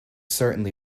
certainly